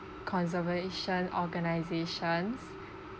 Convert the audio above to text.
conservation organisations